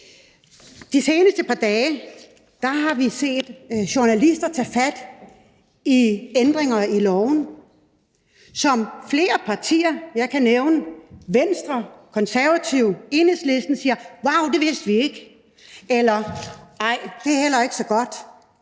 De seneste par dage har vi set journalister tage fat i ændringer i loven, hvorom flere partier – jeg kan nævne Venstre, Konservative og Enhedslisten – har sagt, at dem kendte de ikke til, eller at det heller ikke var så godt.